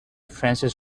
francis